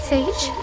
Sage